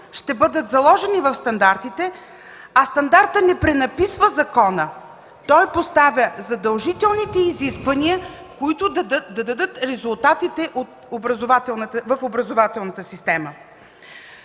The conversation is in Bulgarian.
ще бъдат заложени в стандартите, а стандартът не пренаписва закона. Той поставя задължителните изисквания, които да дадат резултатите в образователната система.